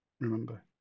remember